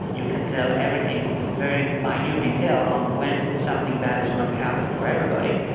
you can tell everything in very minute detail on when something bad is going to happen for everybody.